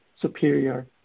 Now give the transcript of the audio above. superior